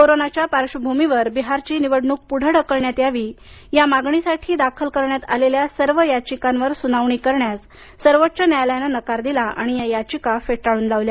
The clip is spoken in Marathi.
कोरोनाच्या पार्श्वभूमीवर बिहारची निवडणूक पुढे ढकलण्यात यावी या मागणीसाठी दाखल करण्यात आलेल्या सर्व याचिकांवर सुनावणी करण्यास सर्वोच्च न्यायालायान नकार दिला आणि या याचिका फेटाळून लावल्या